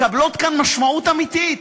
מקבלות כאן משמעות אמיתית,